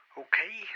okay